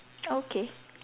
okay